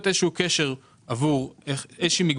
בא הסעיף הזה ואומר: אם כבר כרתת עם הכדורסל את